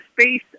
space